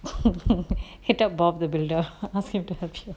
hit up bob the builder ask him to help you